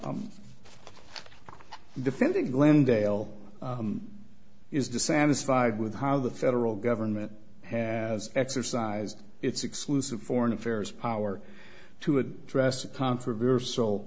i'm defending glendale is dissatisfied with how the federal government has exercised its exclusive foreign affairs power to address a controversial